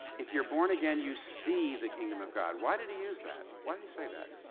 if you're born again, you see the kingdom of god. why did he use that? why did he say that?